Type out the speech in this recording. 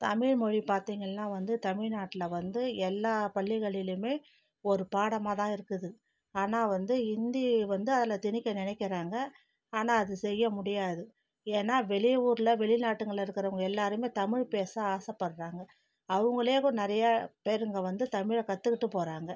தமிழ்மொழி பார்த்தீங்கள்னா வந்து தமிழ்நாட்டில் வந்து எல்லா பள்ளிகளிலுமே ஒரு பாடமாக தான் இருக்குது ஆனால் வந்து ஹிந்தி வந்து அதில் திணிக்க நினைக்கறாங்க ஆனால் அது செய்ய முடியாது ஏன்னால் வெளியூரில் வெளிநாட்டுங்களில் இருக்கிறவங்க எல்லாருமே தமிழ் பேச ஆசைப்படறாங்க அவங்களே ஓர் நிறையா பேருங்க வந்து தமிழை கற்றுக்கிட்டுப் போகிறாங்க